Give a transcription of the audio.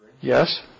Yes